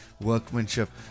workmanship